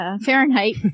Fahrenheit